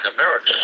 America